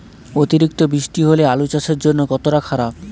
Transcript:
অতিরিক্ত বৃষ্টি হলে আলু চাষের জন্য কতটা খারাপ?